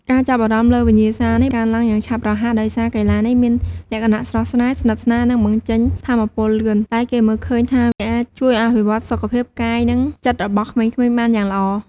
ការចាប់អារម្មណ៍លើវិញ្ញាសានេះកើនឡើងយ៉ាងឆាប់រហ័ស ដោយសារកីឡានេះមានលក្ខណៈស្រស់ស្រាយ ស្និទស្នាល និងបញ្ចេញថាមពលលឿន ដែលគេមើលឃើញថាអាចជួយអភិវឌ្ឍសុខភាពកាយនិងចិត្តរបស់ក្មេងៗបានយ៉ាងល្អ។